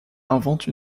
invente